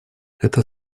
это